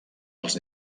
els